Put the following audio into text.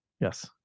Yes